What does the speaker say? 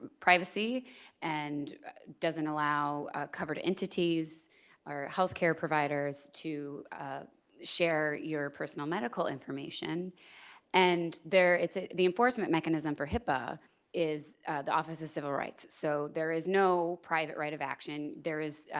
privacy and doesn't allow covered entities or health care providers to share your personal medical information and there it's a the enforcement mechanism for hipaa is the office of civil rights, so there is no private right of action there is,